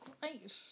Great